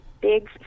big